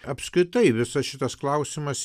apskritai visas šitas klausimas